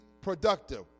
productive